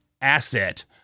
asset